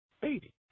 Baby